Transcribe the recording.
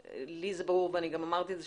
לי זה ברור ואני גם אמרתי את זה,